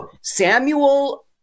Samuel